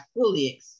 fully